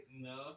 No